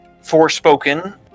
Forspoken